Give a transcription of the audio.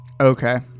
Okay